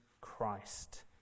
Christ